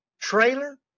Trailer